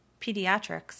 Pediatrics